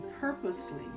purposely